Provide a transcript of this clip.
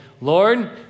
Lord